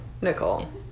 nicole